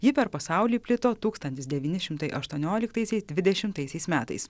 ji per pasaulį plito tūkstantis devyni šimtai aštuonioliktaisiais dvidešimtaisiais metais